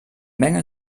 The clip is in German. menge